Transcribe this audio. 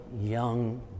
young